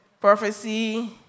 prophecy